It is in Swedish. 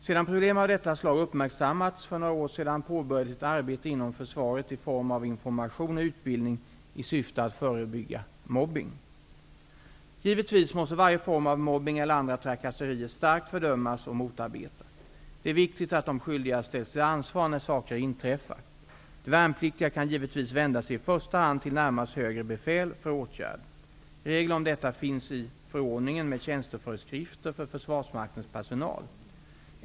Sedan problem av detta slag uppmärksammades för några år sedan påbörjades ett arbete inom försvaret i form av information och utbildning i syfte att förebygga mobbning. Givetvis måste varje form av mobbning eller andra trakasserier starkt fördömas och motarbetas. Det är viktigt att de skyldiga ställs till ansvar när saker inträffar. De värnpliktiga kan givetvis vända sig i första hand till närmast högre befäl för åtgärd. med tjänsteföreskrifter för försvarsmaktens personal.